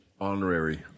Honorary